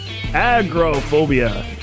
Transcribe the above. Agrophobia